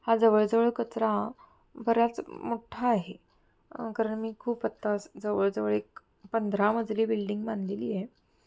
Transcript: हा जवळजवळ कचरा बऱ्याच मोठा आहे कारण मी खूप आत्तास जवळजवळ एक पंधरा मजली बिल्डिंग बांधलेली आहे